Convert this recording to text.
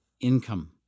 income